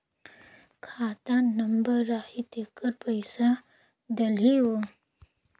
खाता नंबर आही तेकर पइसा डलहीओ?